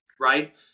Right